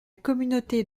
communauté